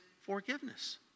forgiveness